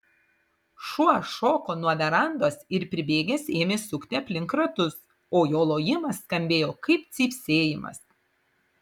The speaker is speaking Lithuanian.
šuo šoko nuo verandos ir pribėgęs ėmė sukti aplink ratus o jo lojimas skambėjo kaip cypsėjimas